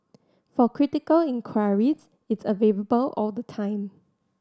for critical inquiries it's all the time